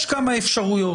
יש כמה אפשרויות.